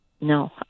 no